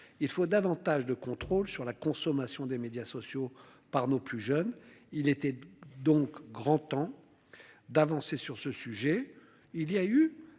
Il faut davantage de contrôle sur la consommation des médias sociaux par nos plus jeunes. Il était donc grand temps. D'avancer sur ce sujet